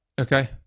Okay